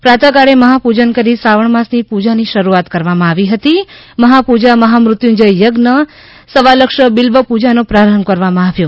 પ્રાતકાળે મહાપૂજન કરી શ્રાવણ માસની પૂજાની શરૂઆત કરવામાં આવી હતી મહાપૂજા મહામ્રુત્યુંજય યજ્ઞ સવાલક્ષ બિલ્વપૂજાનોપ્રારંભ કરવામાં આવ્યો